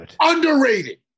Underrated